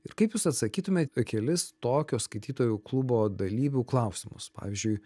ir kaip jūs atsakytumėt į kelis tokio skaitytojų klubo dalyvių klausimus pavyzdžiui